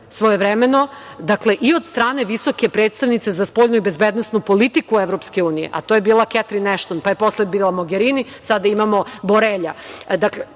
svojevremeno i od strane visoke predstavnice za spoljnu i bezbednosnu politiku EU, a to je bila Ketrin Ešton, pa je posle bila Mogerini, sada imamo Borelja,